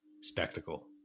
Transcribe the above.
spectacle